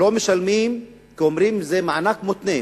לא משלמים, כי אומרים: זה מענק מותנה.